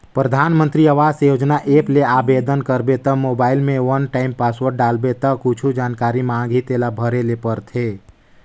परधानमंतरी आवास योजना ऐप ले आबेदन करबे त मोबईल में वन टाइम पासवर्ड डालबे ता कुछु जानकारी मांगही तेला भरे ले परथे